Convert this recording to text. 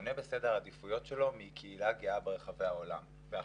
שונה בסדר העדיפויות שלו מקהילה גאה ברחבי העולם בהכללה.